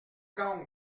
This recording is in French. donc